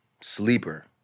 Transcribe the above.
sleeper